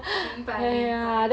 明白明白